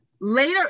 later